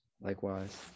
Likewise